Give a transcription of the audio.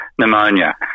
pneumonia